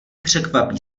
překvapí